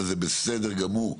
וזה בסדר גמור.